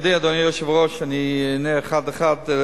תודה, אדוני היושב-ראש, אני אענה אחת-אחת.